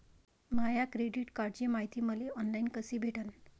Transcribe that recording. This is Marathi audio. माया क्रेडिट कार्डची मायती मले ऑनलाईन कसी भेटन?